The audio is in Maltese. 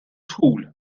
dħul